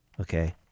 Okay